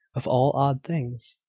of all odd things!